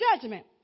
judgment